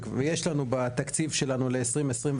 ויש לנו בתקציב שלנו לשנת 2023,